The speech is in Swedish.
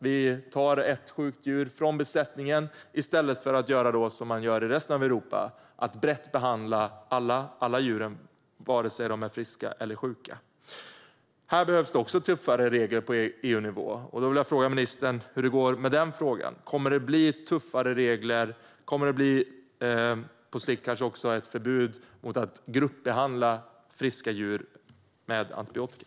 Vi tar ett sjukt djur från besättningen i stället för att göra som man gör i resten av Europa och behandla brett och ge alla djur antibiotika oavsett om de är friska eller sjuka. Här behövs också tuffare regler på EU-nivå, och jag vill fråga ministern hur det går när det gäller detta. Kommer det att bli tuffare regler, och kommer det att på sikt kanske också bli ett förbud mot att gruppbehandla friska djur med antibiotika?